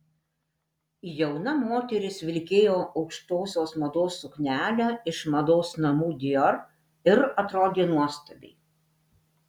jauna moteris vilkėjo aukštosios mados suknelę iš mados namų dior ir atrodė nuostabiai